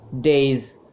days